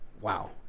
Wow